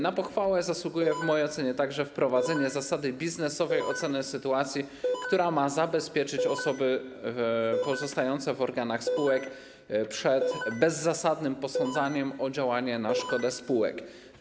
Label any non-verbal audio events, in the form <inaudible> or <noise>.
Na pochwałę zasługuje <noise> w mojej ocenie także wprowadzenie zasady biznesowej oceny sytuacji, która ma zabezpieczyć osoby pozostające w organach spółek przed bezzasadnym posądzaniem o działanie na szkodę spółek.